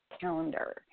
calendar